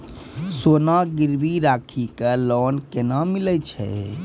सोना गिरवी राखी कऽ लोन केना मिलै छै?